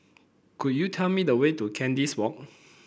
could you tell me the way to Kandis Walk